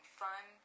fun